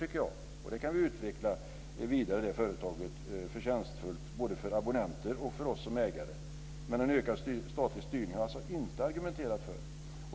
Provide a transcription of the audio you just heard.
Vi kan förtjänstfullt utveckla det företaget vidare både för abonnenter och för oss som ägare, men en ökad statlig styrning har jag alltså inte argumenterat för.